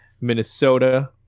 Minnesota